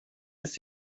ist